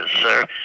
Sir